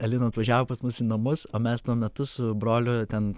alina atvažiavo pas mus į namus o mes tuo metu su broliu ten